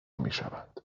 میشوند